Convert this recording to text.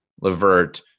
Levert